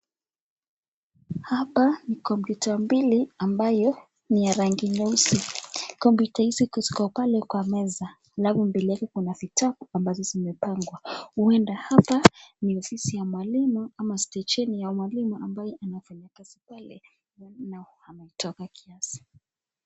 Hapa ni kompyuta mbili ambayo ni ya rangi nyeusi, kompyuta hizi ziko pale kwa meza alafu mbele yake kuna vitabu ambazo zimepangwa, huenda hapa ni ofisi ya mwalimu ama stesheni ya mwalimu ama ambaye anafanya kazi pale ametoka kiazi.